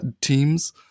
teams